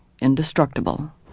indestructible